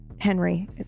Henry